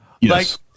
Yes